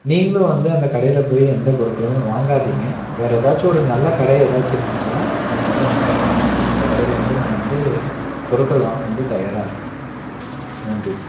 நீங்களும் வந்து அந்த கடையில் போயி எந்த பொருட்களுமே வாங்காதீங்க வேறு ஏதாச்சும் ஒரு நல்ல கடை ஏதாச்சும் இருந்துச்சுனால் நீங்கள் வந்து எனக்கு சொன்னிங்கன்னால் அந்த கடையில் வந்து நான் வந்து பொருட்கள் வாங்க வந்து தயாராயிருக்கேன் நன்றி